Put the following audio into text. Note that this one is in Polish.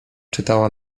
czytała